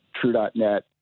True.net